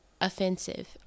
offensive